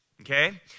okay